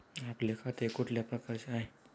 आपले खाते कुठल्या प्रकारचे आहे?